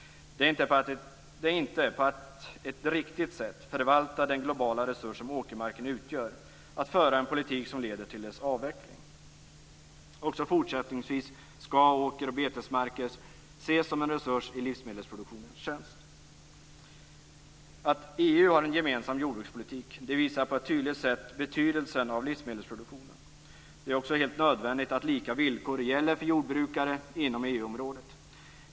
Man förvaltar inte den globala resurs som åkermarken utgör på ett riktigt sätt genom att föra en politik som leder till dess avveckling. Också fortsättningsvis skall åker och betesmarker ses som en resurs i livsmedelsproduktionens tjänst. Att EU har en gemensam jordbrukspolitik visar på ett tydligt sätt betydelsen av livsmedelsproduktionen. Det är också helt nödvändigt att lika villkor gäller för jordbrukare inom EU-området.